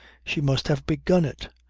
she must have begun it.